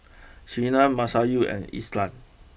Surinam Masayu and Ishak